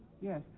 Yes